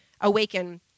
awaken